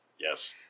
Yes